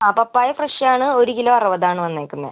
ആ പപ്പായ ഫ്രഷ് ആണ് ഒര് കിലോ അറുപതാണ് വന്നേക്കുന്നത്